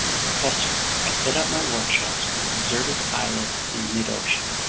professor, i set up my workshops on a deserted islet in midocean.